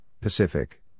Pacific